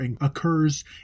occurs